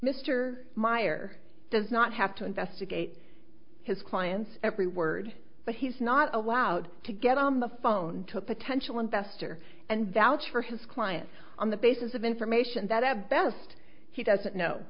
mr meyer does not have to investigate his clients every word but he's not allowed to get on the phone to a potential investor and val's for his client on the basis of information that at best he doesn't know